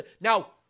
now